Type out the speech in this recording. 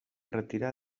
retirà